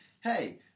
hey